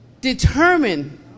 determine